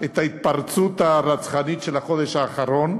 את ההתפרצות הרצחנית של החודש האחרון,